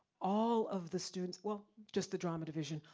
all of the students, well, just the drama division,